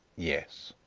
yes.